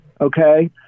Okay